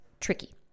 tricky